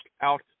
out